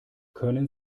können